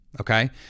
Okay